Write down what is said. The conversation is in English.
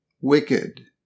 wicked